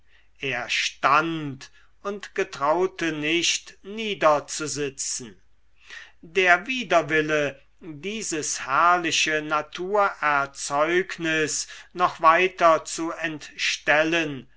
er stand und getraute nicht niederzusitzen der widerwille dieses herrliche naturerzeugnis noch weiter zu entstellen